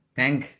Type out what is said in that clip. thank